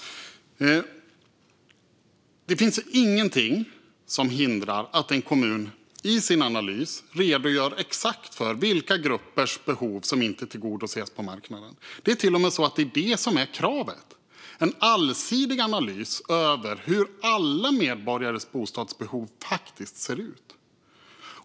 Det finns ingenting som hindrar att en kommun i sin analys redogör för exakt vilka gruppers behov som inte tillgodoses på marknaden. Det är till och med så att det är det som är kravet: en allsidig analys av hur alla medborgares bostadsbehov faktiskt ser ut.